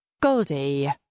Goldie